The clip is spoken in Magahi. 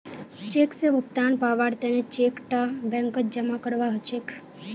चेक स भुगतान पाबार तने चेक टा बैंकत जमा करवा हछेक